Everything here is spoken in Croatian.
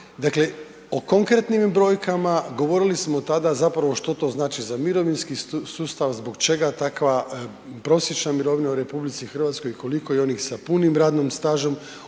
dakle o konkretnim brojkama govorili smo zapravo tada što to znači za mirovinski sustav, zbog čega takva prosječna mirovina RH, koliko je onih sa punim radnim stažom